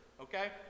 okay